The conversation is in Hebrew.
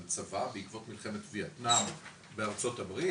על צבא בעקבות מלחמת ויאטנם בארצות הברית,